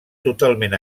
totalment